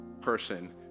person